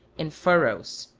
in furrows.